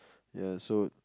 ya so